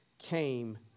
came